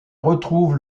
retrouvent